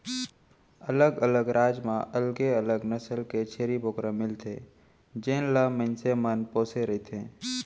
अलग अलग राज म अलगे अलग नसल के छेरी बोकरा मिलथे जेन ल मनसे मन पोसे रथें